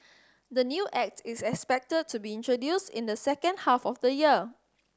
the new Act is expected to be introduced in the second half of the year